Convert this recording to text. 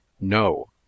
no